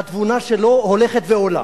התבונה שלו הולכת ועולה.